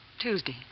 Tuesday